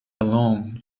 alone